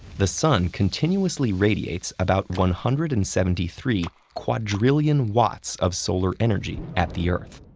the sun continuously radiates about one hundred and seventy three quadrillion watts of solar energy at the earth,